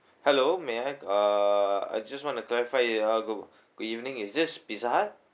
hello may I uh I just want to clarify ya good good evening it's this pizza hut